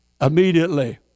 immediately